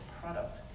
product